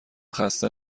خسته